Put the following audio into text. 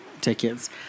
tickets